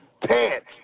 pants